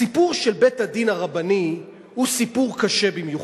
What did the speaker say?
הסיפור של בית-הדין הרבני הוא סיפור קשה במיוחד.